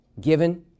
given